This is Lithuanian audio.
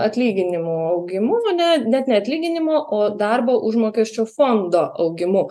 atlyginimų augimu nu ne net ne atlyginimo o darbo užmokesčių fondo augimu